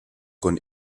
con